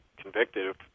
convicted